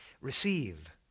Receive